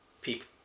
people